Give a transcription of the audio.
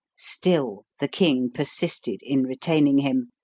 still the king persisted in retaining him.